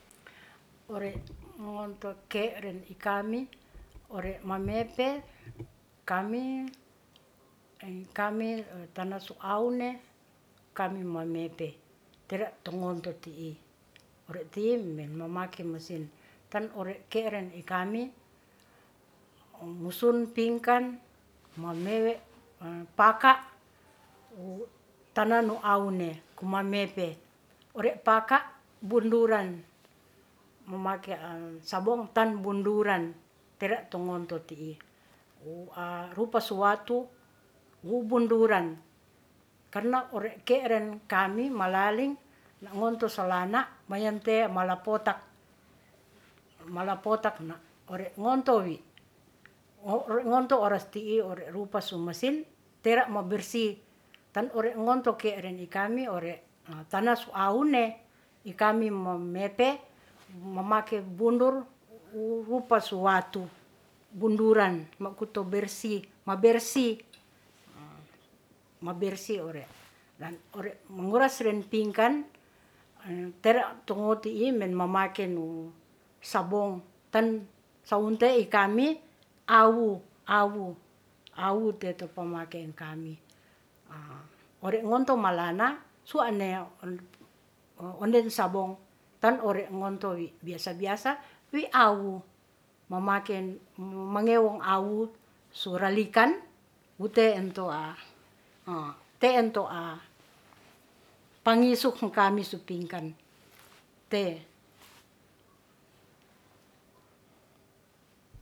Ore ngonto ke'ren i kami ore mamepe kami, i kami tana su awune kami mamepe tera' to ngonto ti'i ore ti'i mamake mesin tan ore ke'ren i kami wusun pingkan mamewe paka, wu tanah no awune kumamepe ore psks bunduran mamake sabong tan bunduran tera to ngonto ti'i wu rupa suwatu wu bunduran karna o're ke'ren kami malaling na ngonto so lana mayante'e malapotak, malapotak na' ore ngonto wi, ngonto oras ti'i ore rupa so mesin tera mambersih tan ore ngonto ke'ren i kami ore tana su awune i kami mamepe mamake bundur rupa suwatu bunduran makoto bersih ma bersih ma bersih ore. Ore menguras ren pingkan tera to'o ti'i men mamake `nu sabong, tan sawunte'e i kami awu, awu teto pamakeen kami ore ngonto malana suwa'ne onde sabong. Tan ore ngonto wi biasa-biasa wi awu mamake ni mangewong awu suralikan wute'e ento. te'ento pangisuk kami so pingkan te'e